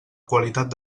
qualitat